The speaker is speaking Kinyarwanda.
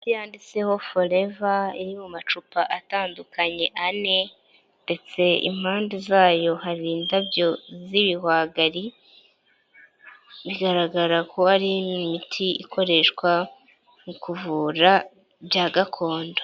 Yanditseho forever iri mu macupa atandukanye ane ndetse impande zayo hari indabyo z'ibihwagari bigaragara ko ari imiti ikoreshwa mu kuvura bya gakondo.